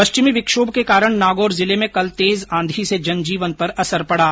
पश्चिमी विक्षोभ के कारण नागौर जिले में कल तेज आंधी से जनजीवन पर असर पडा